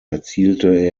erzielte